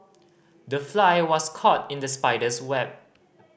the fly was caught in the spider's web